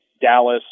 Dallas